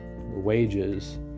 wages